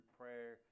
prayer